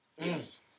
Yes